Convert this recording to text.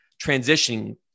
transitioning